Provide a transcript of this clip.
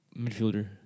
midfielder